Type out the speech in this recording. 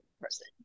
person